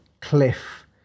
cliff